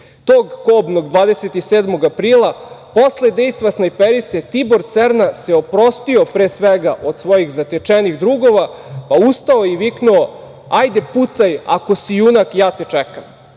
Tog kobnog 27. aprila posle dejstva snajperiste Tibor Cerna se oprostio pre svega od svojih zatečenih drugova, pa ustao i viknu – Hajde pucaj ako si junak, ja te čekam.